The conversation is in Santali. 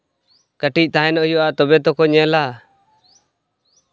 ᱠᱟᱹᱴᱤᱡ ᱛᱟᱦᱮᱱ ᱦᱩᱭᱩᱜᱼᱟ ᱛᱚᱵᱮ ᱛᱚᱠᱚ ᱧᱮᱞᱟ